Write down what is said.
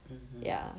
mmhmm